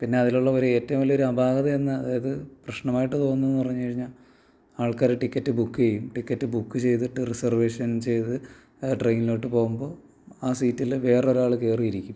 പിന്നെ അതിലുള്ള ഒരു ഏറ്റവും വലിയ ഒരു അപാകത എന്നാൽ അതായത് പ്രശ്നമായിട്ടു തോന്നും പറഞ്ഞുകഴിഞ്ഞാൽ ആൾക്കാർ ടിക്കറ്റ് ബുക്ക് ചെയ്യും ടിക്കറ്റ് ബുക്ക് ചെയ്തിട്ട് റിസർവേഷൻ ചെയ്ത് ട്രെയിനിലോട്ടു പോകുമ്പോൾ ആ സീറ്റിൽ വേറൊരാൾ കയറി ഇരിക്കും